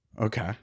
Okay